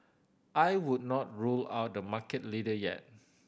I would not rule out the market leader yet